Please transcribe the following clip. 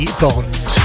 bond